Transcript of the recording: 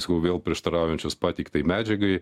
sakau vėl prieštaraujančios pateiktai medžiagai